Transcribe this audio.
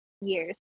years